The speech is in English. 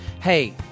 Hey